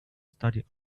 study